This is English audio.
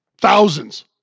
thousands